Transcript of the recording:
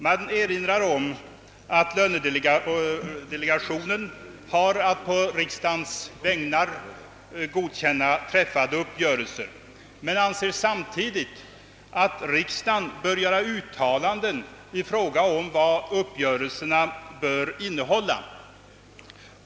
Man erinrar om att lönedelegationen har att på riksdagens vägnar godkänna träffade uppgörelser, men anser samtidigt att riksdagen bör göra uttalanden i fråga om vad uppgörelserna bör innehålla.